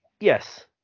yes